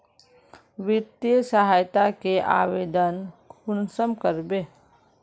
वित्तीय सहायता के आवेदन कुंसम करबे?